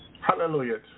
Hallelujah